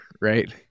right